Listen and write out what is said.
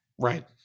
right